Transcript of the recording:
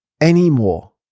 anymore